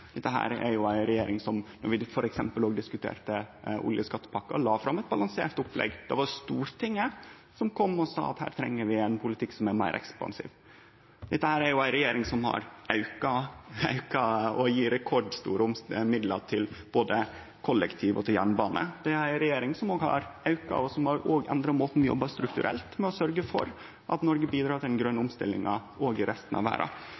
Dette er ei regjering som la fram eit balansert opplegg då vi f.eks. diskuterte oljeskattepakka. Det var Stortinget som kom og sa at her treng vi ein politikk som er meir ekspansiv. Dette er ei regjering som har løyvd rekordstore midlar til både kollektiv og jernbane. Det er ei regjering som har auka og også endra måten vi jobbar på strukturelt for å sørgje for at Noreg bidreg til den grøne omstillinga også i resten av verda.